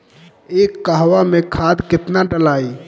एक कहवा मे खाद केतना ढालाई?